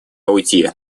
уйти